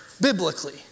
biblically